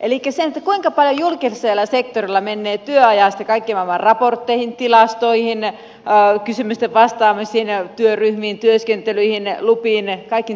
elikkä sitä kuinka paljon julkisella sektorille menee työaikaa kaiken maailman raportteihin tilastoihin kysymyksiin vastaamisiin työryhmiin työskentelyihin lupiin kaikkiin tällaisiin